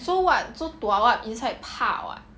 so what so dua [what] inside 怕 [what]